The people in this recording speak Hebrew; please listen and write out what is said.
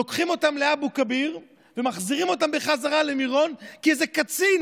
לוקחים אותם לאבו כביר ומחזירים אותם בחזרה למירון כי איזה קצין,